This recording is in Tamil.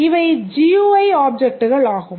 இவை GUI ஆப்ஜெக்ட்கள் ஆகும்